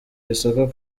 isoko